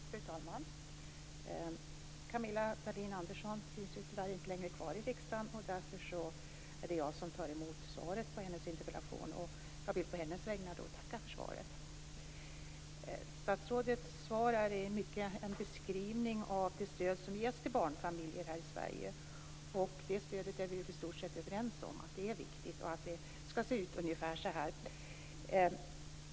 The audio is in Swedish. Fru talman! Camilla Dahlin-Andersson finns tyvärr inte längre kvar i riksdagen. Därför är det jag som tar emot svaret på hennes interpellation. Jag vill på hennes vägnar tacka för svaret. Statsrådets svar är i mycket en beskrivning av det stöd som ges till barnfamiljer här i Sverige. Vi är i stort sett överens om att detta stöd är viktigt och att det skall se ut ungefär som det gör.